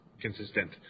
consistent